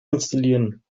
installieren